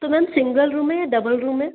तो ma'am single room है या डबल रूम है